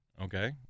Okay